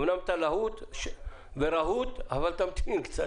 אומנם אתה להוט ורהוט, אבל תמתין קצת.